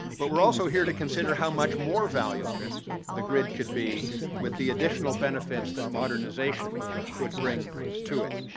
but we're also here to consider how much more valuable the grid could be with the additional benefits that modernization could bring to it.